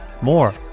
more